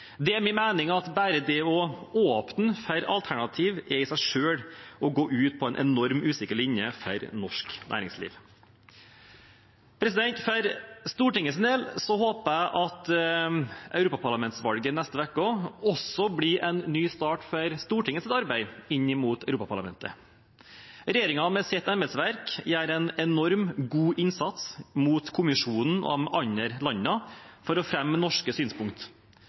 er min mening at bare det å åpne for alternativ i seg selv er å gå ut på en enormt usikker linje for norsk næringsliv. For Stortingets del håper jeg at europaparlamentsvalget neste uke også blir en ny start for Stortingets arbeid inn mot Europaparlamentet. Regjeringen, med sitt embetsverk, gjør en enorm, god innsats inn mot kommisjonen og de andre landene for å fremme norske